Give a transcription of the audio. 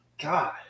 God